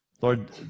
Lord